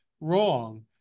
wrong